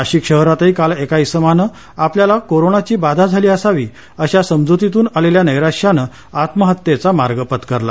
नाशिक शहरातही काल एका इसमानं आपल्याला कोरोनाची बाधा झाली असावी अशा समजूतीतून आलेल्या नैराश्यानं आत्महत्येचा मार्ग पत्करला